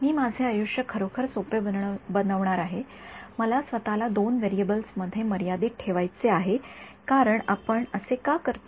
मी माझे आयुष्य खरोखर सोपे बनवणार आहे मला स्वतला दोन व्हेरिएबल्स मध्ये मर्यादित ठेवायचे आहे कारण आपण असे का करतो